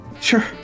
sure